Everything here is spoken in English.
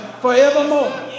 forevermore